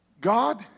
God